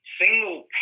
single